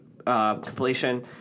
Completion